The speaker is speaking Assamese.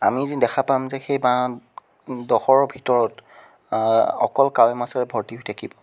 আমি যি দেখা পাম যে সেই বাঁহ ডোখৰৰ ভিতৰত অকল কাৱৈ মাছে ভৰ্তি হৈ থাকিব